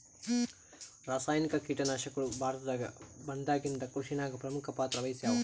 ರಾಸಾಯನಿಕ ಕೀಟನಾಶಕಗಳು ಭಾರತದಾಗ ಬಂದಾಗಿಂದ ಕೃಷಿನಾಗ ಪ್ರಮುಖ ಪಾತ್ರ ವಹಿಸ್ಯಾವ